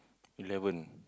eleven